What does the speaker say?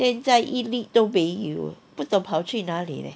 现在一粒都没有不懂跑去哪里 leh